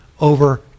over